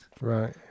Right